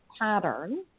pattern